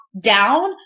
down